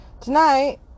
tonight